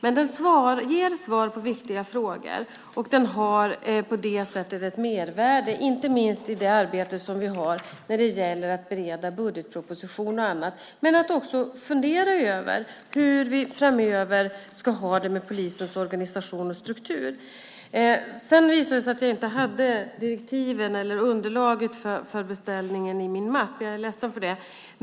Men genomlysningen ger svar på viktiga frågor, och den har på det sättet ett mervärde, inte minst i arbetet som vi har att bereda budgetproposition och annat. Det handlar också om hur vi framöver ska ha det med polisens organisation och struktur. Det visade sig att jag inte hade direktiven eller underlaget för beställningen i min mapp, och jag är ledsen för det.